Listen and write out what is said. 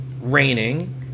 raining